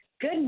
Good